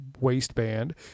waistband